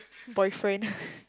boyfriend